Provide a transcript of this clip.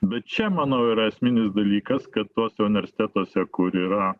bet čia manau yra esminis dalykas kad tuose universitetuose kur yra